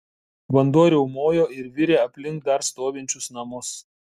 vanduo riaumojo ir virė aplink dar stovinčius namus